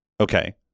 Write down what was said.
Okay